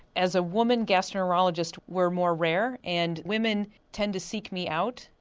as a woman gastroenterologist we're more rare, and women tend to seek me out,